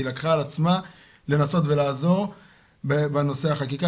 והיא לקחה על עצמה לנסות ולעזור בנושא החקיקה